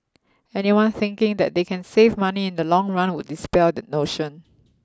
anyone thinking that they can save money in the long run would dispel that notion